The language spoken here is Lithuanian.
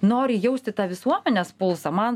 nori jausti tą visuomenės pulsą man